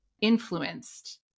influenced